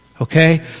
Okay